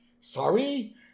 Sorry